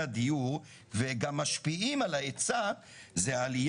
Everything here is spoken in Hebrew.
הכללית בנושא קרקעות משום שהחברה הערבית תלויה בקרקעות